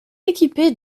équipée